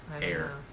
Air